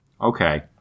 Okay